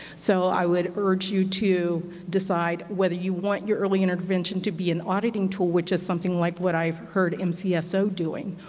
so i would urge you to decide whether you want your early intervention to be an auditing tool which is something like what i've heard mcso um so ah so doing,